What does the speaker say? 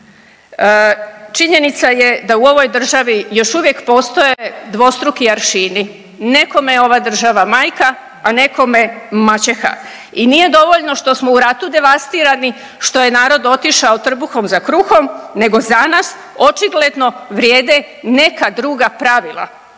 Činjenica je da u ovoj državi još uvijek postoje dvostruki aršini, nekome je ova država majka, a nekome maćeha. I nije dovoljno što smo u ratu devastirani, što je narod otišao trbuhom za kruhom nego za nas očigledno vrijede neka druga pravila.